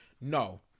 No